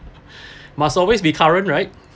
must always be current right